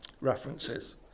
references